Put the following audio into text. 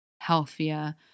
healthier